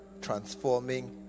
transforming